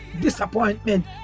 disappointment